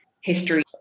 history